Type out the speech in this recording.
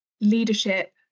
leadership